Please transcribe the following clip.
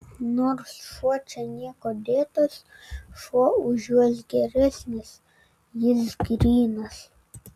nors šuo čia niekuo dėtas šuo už juos geresnis jis grynas